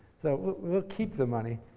so we'll keep the money.